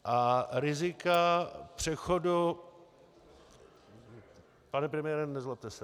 A rizika přechodu pane premiére, nezlobte se.